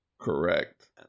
Correct